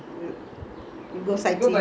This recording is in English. ya lah when you go to india